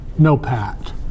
NOPAT